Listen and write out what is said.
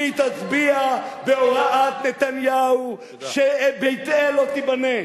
והיא תצביע בהוראת נתניהו שבית-אל לא תיבנה,